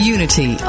Unity